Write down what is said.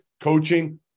coaching